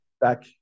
back